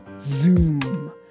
Zoom